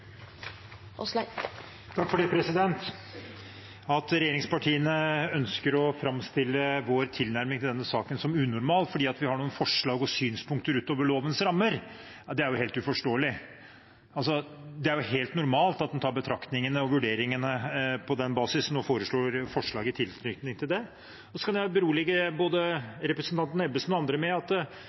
At regjeringspartiene ønsker å framstille vår tilnærming til denne saken som unormal fordi vi har noen forslag og synspunkter utover lovens rammer, er helt uforståelig. Det er helt normalt at en tar betraktningene og vurderingene på den basisen og kommer med forslag i tilknytning til det. Så kan jeg berolige både representanten Ebbesen og andre med at